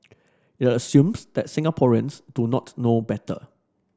it assumes that Singaporeans do not know better